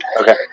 Okay